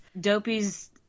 Dopey's